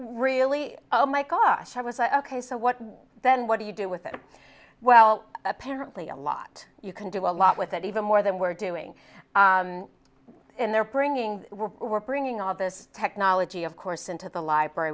really oh my gosh i was a k so what then what do you do with it well apparently a lot you can do a lot with it even more than we're doing in there bringing we're bringing all this technology of course into the library